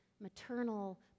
maternal